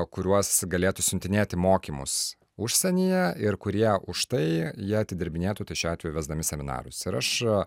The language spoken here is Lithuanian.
kuriuos galėtų siuntinėt į mokymus užsienyje ir kurie už tai jie atidirbinėtų tai šiuo atveju vesdami seminarus ir aš